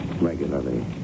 regularly